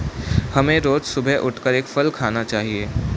हमें रोज सुबह उठकर एक फल खाना चाहिए